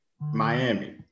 Miami